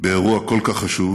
באירוע כל כך חשוב.